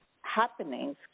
happenings